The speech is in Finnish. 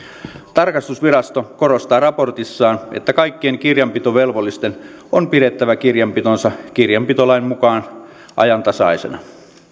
tarkastusvirasto korostaa raportissaan että kaikkien kirjanpitovelvollisten on pidettävä kirjanpitonsa kirjanpitolain mukaan ajantasaisena